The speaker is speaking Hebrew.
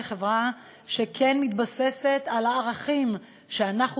כחברה שכן מתבססת על ערכים שאנחנו